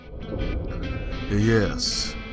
Yes